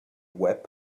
web